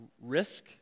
risk